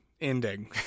ending